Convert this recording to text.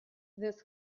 this